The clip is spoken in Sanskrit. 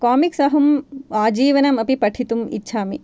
कामिक्स् अहम् आजीवनमपि पठितुम् इच्छामि